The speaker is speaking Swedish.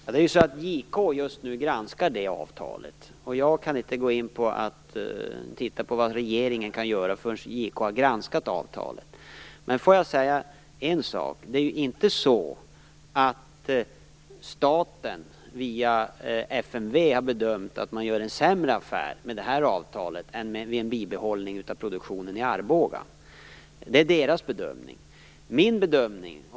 Fru talman! JK granskar just nu det avtalet. Jag kan inte gå in och titta på vad regeringen kan göra förrän JK har granskat avtalet. Låt mig dock säga en sak. Det är inte så att staten via FMV har bedömt att man gör en sämre affär med det här avtalet än med bibehållande av produktionen i Arboga. Det är deras bedömning.